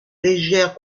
légère